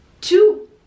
two